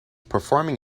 performing